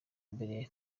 mbere